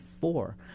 four